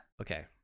okay